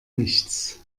nichts